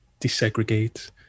desegregate